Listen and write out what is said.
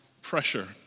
pressure